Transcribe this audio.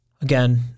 again